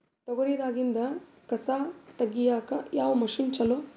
ತೊಗರಿ ದಾಗಿಂದ ಕಸಾ ತಗಿಯಕ ಯಾವ ಮಷಿನ್ ಚಲೋ?